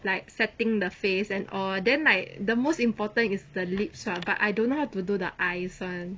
like setting the face and all then like the most important is the lips ah but I don't know how to do the eyes [one]